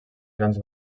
grans